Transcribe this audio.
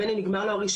בין אם נגמר לו הרישיון,